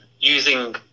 using